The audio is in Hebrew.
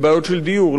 על בעיות של דיור,